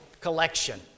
collection